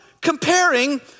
comparing